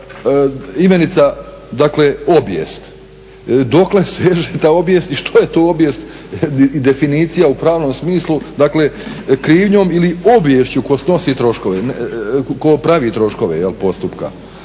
imenica dakle obijest, dokle seže ta obijest i što je to obijest i definicija u pravnom smislu, dakle krivnjom ili obijesti ko snosi troškove, ko prvi troškove postupka.